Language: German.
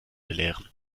belehren